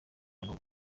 abantu